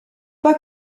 pas